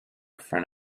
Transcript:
front